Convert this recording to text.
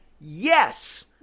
Yes